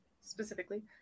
specifically